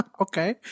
Okay